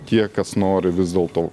tie kas nori vis dėl to